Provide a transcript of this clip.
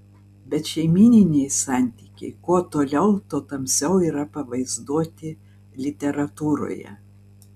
bet šeimyniniai santykiai kuo toliau tuo tamsiau yra pavaizduoti literatūroje